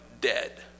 dead